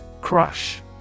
Crush